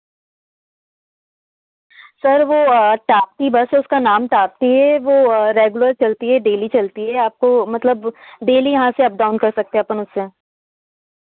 sir वह टापी बस उसका नाम टापी हैं वह रेगुलर चलती है डेली चलती है क्या आपको मतलब डेली यहाँ से अप डाउन कर सकते हैं अपन उससे